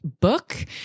book